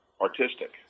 artistic